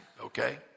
Okay